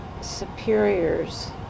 superiors